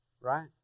right